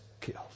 killed